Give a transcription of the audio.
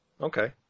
Okay